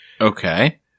Okay